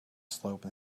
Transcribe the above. slope